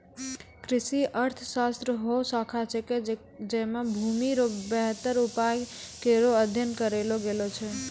कृषि अर्थशास्त्र हौ शाखा छिकै जैमे भूमि रो वेहतर उपयोग करै रो अध्ययन करलो गेलो छै